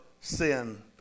sin